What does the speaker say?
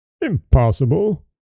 Impossible